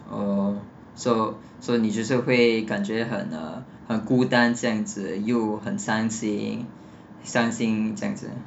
oh so so 你就是会感觉很 err 很孤单这样子又很伤心伤心这样子